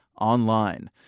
online